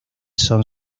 son